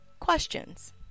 Questions